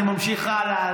אני ממשיך הלאה.